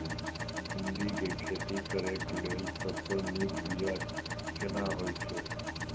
भिंडी के खेती करेक लैल सबसे नीक बिया केना होय छै?